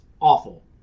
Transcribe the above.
awful